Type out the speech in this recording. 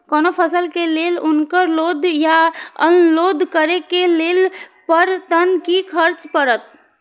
कोनो फसल के लेल उनकर लोड या अनलोड करे के लेल पर टन कि खर्च परत?